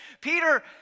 Peter